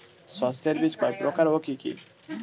শস্যের বীজ কয় প্রকার ও কি কি?